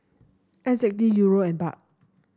N Z D Euro and Baht